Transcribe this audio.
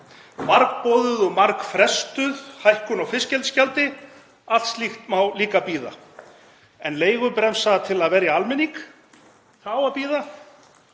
Margboðuð og margfrestuð hækkun á fiskeldisgjaldi, allt slíkt má líka bíða. En leigubremsa til að verja almenning, það á að bíða